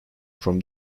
from